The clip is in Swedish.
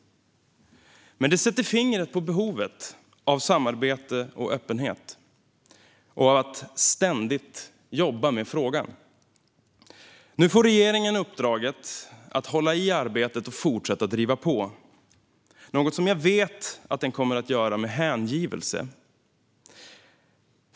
Detta sätter fingret på behovet av samarbete och öppenhet och av att ständigt jobba med frågan. Nu får regeringen uppdraget att hålla i arbetet och fortsätta att driva på - något som jag vet att den kommer att göra med hängivelse.